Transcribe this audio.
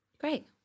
Great